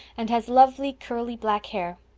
and has lovely, curly, black hair.